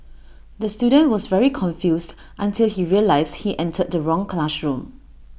the student was very confused until he realised he entered the wrong classroom